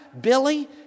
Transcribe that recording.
Billy